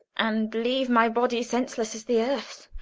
and leave my body senseless as the earth,